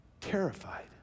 terrified